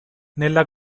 nella